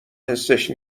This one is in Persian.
حسش